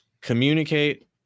communicate